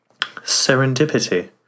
Serendipity